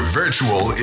virtual